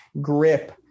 grip